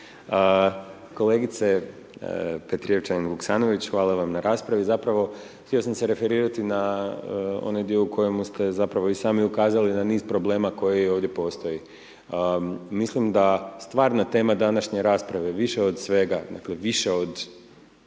Kolegice Petrijevčanin Vuksanović, hvala vam na raspravi. Zapravo, htio sam se referirati na onaj dio u kojemu ste, zapravo, i sami ukazali na niz problema koji ovdje postoji. Mislim da stvarna tema današnje rasprave, više od svega, dakle, više od